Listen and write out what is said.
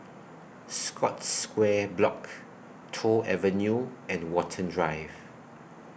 Scotts Square Block Toh Avenue and Watten Drive